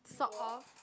sort of